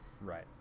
Right